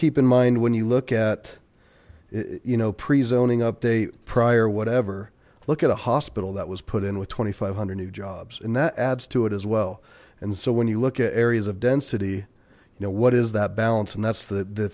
keep in mind when you look at you know pre zoning update prior whatever look at a hospital that was put in with two thousand five hundred new jobs and that adds to it as well and so when you look at areas of density you know what is that balance and that's the the